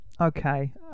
Okay